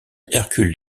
hercule